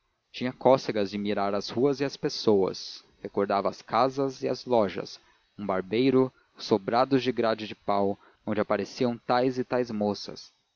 tinha cócegas de mirar as ruas e as pessoas recordava as casas e as lojas um barbeiro os sobrados de grade de pau onde apareciam tais e tais moças